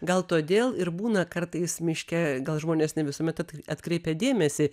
gal todėl ir būna kartais miške gal žmonės ne visuomet atkreipė dėmesį